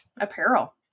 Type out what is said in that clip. apparel